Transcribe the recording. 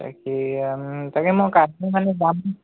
তাকেই তাকে মই কাইলৈ মানে যাম